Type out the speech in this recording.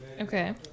Okay